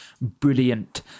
brilliant